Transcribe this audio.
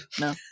No